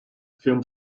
film